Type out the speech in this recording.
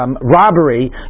robbery